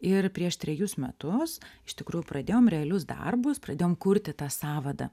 ir prieš trejus metus iš tikrųjų pradėjom realius darbus pradėjom kurti tą sąvadą